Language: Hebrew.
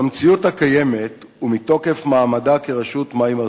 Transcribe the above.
במציאות הקיימת, ומתוקף מעמדה כרשות מים ארצית,